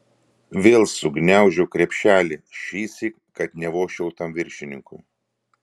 vėl sugniaužiau krepšelį šįsyk kad nevožčiau tam viršininkui